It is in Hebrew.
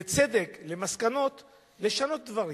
בצדק, למסקנות לשנות דברים.